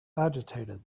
agitated